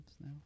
now